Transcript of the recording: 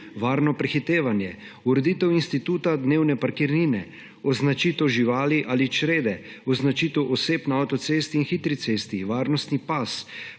varno prehitevaje, ureditev instituta dnevne parkirnine, označitev živali ali črede, označitev oseb na avtocesti in hitri cesti, varnostni pas,